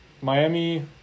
Miami